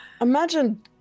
Imagine